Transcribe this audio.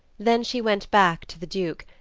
then she went back to the duke,